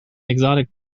exotic